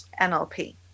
NLP